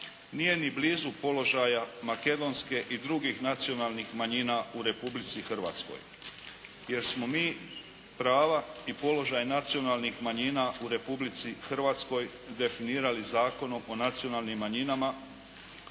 nije ni blizu položaja makedonske i drugih nacionalnih manjina u Republici Hrvatskoj, jer smo mi prava i položaj nacionalnih manjina u Republici Hrvatskoj definirali Zakonom o nacionalnim manjinama.